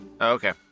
Okay